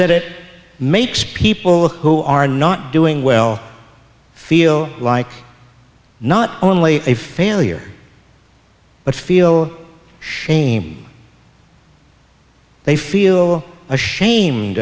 that it makes people who are not doing well feel like not only a failure but feel shame they feel ashamed